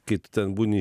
kai tu ten būni